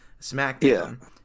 SmackDown